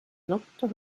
looked